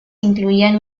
incluían